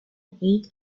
head